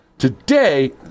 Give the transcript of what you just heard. Today